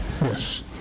Yes